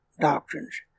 doctrines